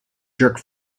jerk